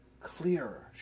clearer